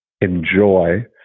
enjoy